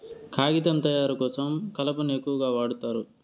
కాగితం తయారు కోసం కలపను ఎక్కువగా వాడుతారు